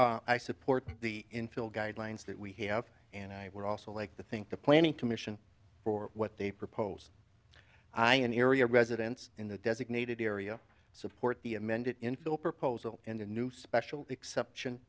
i support the infill guidelines that we have and i would also like to think the planning commission or what they propose i an area residents in the designated area support the amended info proposal and a new special exception